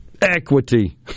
equity